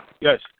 Yes